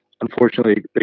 Unfortunately